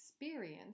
experience